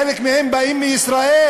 חלק מהם באים מישראל,